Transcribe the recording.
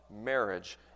marriage